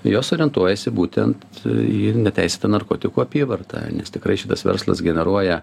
jos orientuojasi būtent į neteisėtą narkotikų apyvartą nes tikrai šitas verslas generuoja